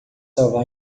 salvar